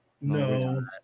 no